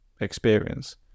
experience